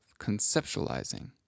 conceptualizing